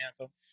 anthem